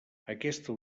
aquesta